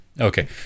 Okay